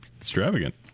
extravagant